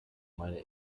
meine